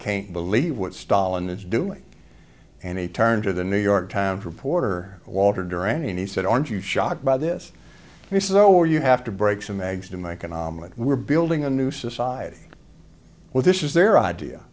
can't believe what stalin is doing and he turned to the new york times reporter walter duran and he said aren't you shocked by this he says oh you have to break some eggs to make an omelet we're building a new society well this is their idea